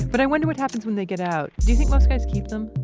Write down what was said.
but i wonder what happens when they get out. do you think most guys keep them?